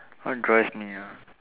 what drives me ah